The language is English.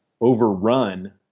overrun